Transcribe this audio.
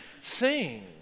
sing